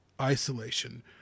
isolation